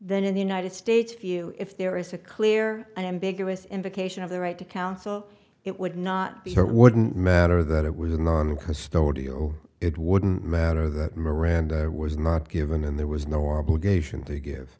then in the united states few if there is a clear unambiguous invocation of the right to counsel it would not be that wouldn't matter that it was a non custodial it wouldn't matter that miranda was not given and there was no obligation to give